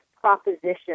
proposition